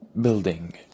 Building